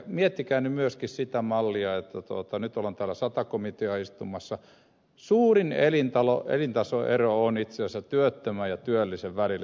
miettikää nyt myöskin sitä mallia nyt ollaan täällä sata komiteaa istumassa suurin elintasoero on itse asiassa työttömän ja työllisen välillä